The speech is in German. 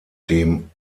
dem